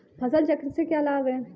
फसल चक्र के क्या लाभ हैं?